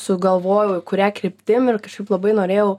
sugalvojau kuria kryptim ir kažkaip labai norėjau